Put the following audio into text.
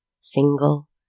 single